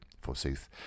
forsooth